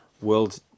world